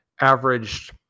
averaged